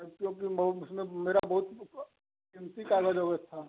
क्योंकि उगी मौग उसमे मेरा बहुत किमती काग़ज़ उगज था